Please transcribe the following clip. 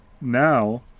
now